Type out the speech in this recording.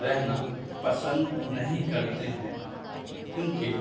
رہنا پسند نہیں کرتے ہیں کیونکہ